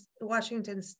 Washington